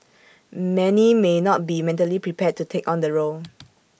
many may not be mentally prepared to take on the role